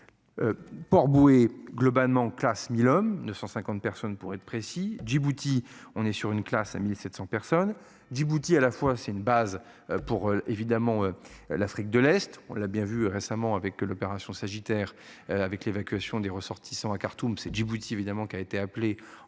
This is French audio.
Port-Bouët globalement classe 1000 hommes ne 150 personnes pour être précis, Djibouti, on est sur une classe à 1700 personnes. Djibouti à la fois c'est une base pour évidemment. L'Afrique de l'Est on l'a bien vu récemment avec l'opération sagittaire avec l'évacuation des ressortissants à Khartoum s'est Djibouti évidemment qui a été appelé